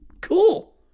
Cool